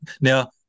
Now